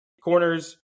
corners